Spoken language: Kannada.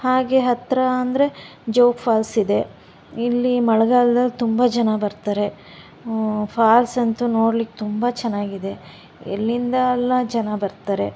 ಹಾಗೆ ಹತ್ತಿರ ಅಂದರೆ ಜೋಗ ಫಾಲ್ಸ್ ಇದೆ ಇಲ್ಲಿ ಮಳೆಗಾಲ್ದಲ್ಲಿ ತುಂಬ ಜನ ಬರ್ತಾರೆ ಫಾಲ್ಸ್ ಅಂತೂ ನೋಡ್ಲಿಕ್ಕೆ ತುಂಬ ಚೆನ್ನಾಗಿದೆ ಎಲ್ಲಿಂದೆಲ್ಲ ಜನ ಬರ್ತಾರೆ